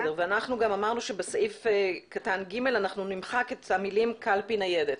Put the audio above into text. ואמרנו גם שבסעיף קטן (ג) אנחנו נמחק את המילים "קלפי ניידת".